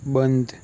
બંધ